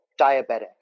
diabetic